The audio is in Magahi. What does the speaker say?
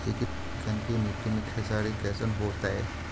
चिकनकी मट्टी मे खेसारी कैसन होतै?